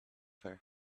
her